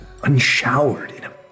unshowered